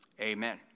Amen